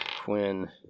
Quinn